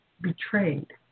betrayed